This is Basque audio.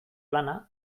lana